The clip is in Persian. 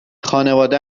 خانواده